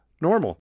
normal